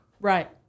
Right